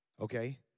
Okay